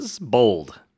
bold